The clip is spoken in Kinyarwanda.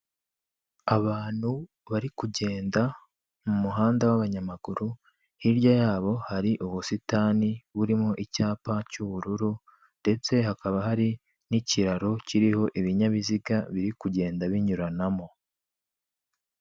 Abantu bari kugenda mu muhanda w'abanyamaguru, hirya yabo hari ubusitani burimo icyapa cy'ubururu, ndetse hakaba hari n'ikiraro kiriho ibinyabiziga biri kugenda binyuranamo.